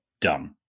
Done